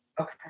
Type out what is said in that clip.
okay